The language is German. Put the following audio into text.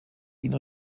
ihn